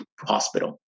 hospital